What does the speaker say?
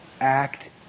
act